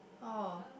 oh